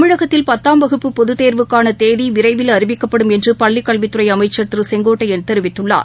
தமிழகத்தில் பத்தாம் வகுப்பு பொதுத் தேர்வுக்கானதேதிவிரைவில் அறிவிக்கப்படும் என்றுபள்ளிக் கல்வித்துறைஅமைச்சர் திருசெங்கோட்டையன் தெரிவித்துள்ளார்